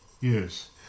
yes